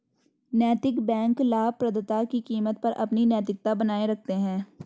नैतिक बैंक लाभप्रदता की कीमत पर अपनी नैतिकता बनाए रखते हैं